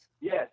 Yes